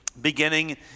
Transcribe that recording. beginning